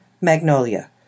Magnolia